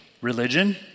religion